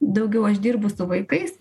daugiau aš dirbu su vaikais